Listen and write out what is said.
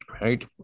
Right